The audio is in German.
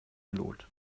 lot